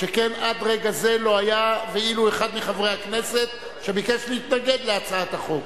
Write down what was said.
שכן עד רגע זה לא היה ולו אחד מחברי הכנסת שביקש להתנגד להצעת החוק,